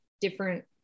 different